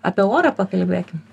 apie orą pakalbėkim